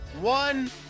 one